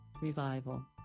revival